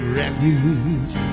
refuge